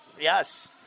Yes